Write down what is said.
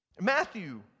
Matthew